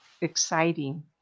exciting